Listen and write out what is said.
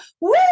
woo